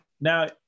now